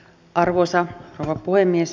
arvoisa rouva puhemies